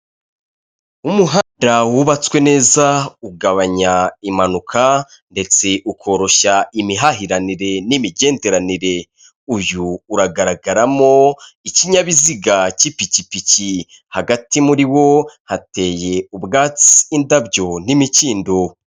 Umuhanda wubatswe neza ugabanya impanuka ndetse ukoroshya imihahiranire n'imigenderanire. Uyu uragaragaramo ikinyabiziga cy'ipikipiki, hagati muri wo hateye ubwatsi, indabyo n'imikindo.